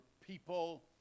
people